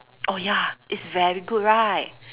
oh ya it's very good right